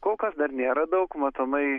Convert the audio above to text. kol kas dar nėra daug matomai